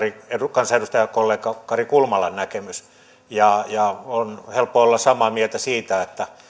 kansanedustajakollega kari kulmalan näkemys on helppo olla samaa mieltä siitä että